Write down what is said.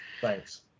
Thanks